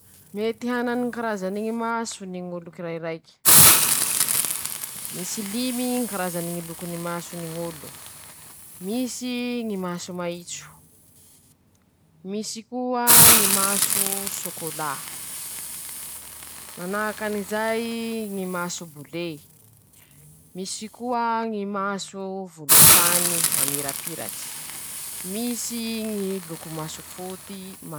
Raiky avao ñy firene fa nandehanako, nitsangatsanganako ;zaho mbo tsy nandeha an-dafy, mbo tsy nandeha aminy ñy karazany ñy firenena iabiaby aminy izao tontolo izao ;madagaskara avao ñy tanà fa nombako, fa nandehanako ro fa nirioriovako.